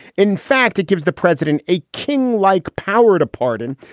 in fact, it gives the president a king like power to pardon.